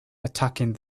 attacking